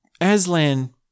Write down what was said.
Aslan